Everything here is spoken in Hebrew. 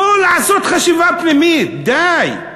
בואו לעשות חשיבה פנימית, די.